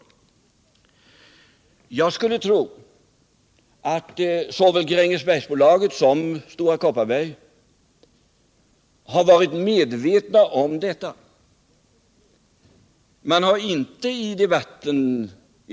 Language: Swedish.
Jag skulle tro att såväl Grängesbergsbolaget som Stora Kopparberg varit medvetna om detta.